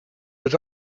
but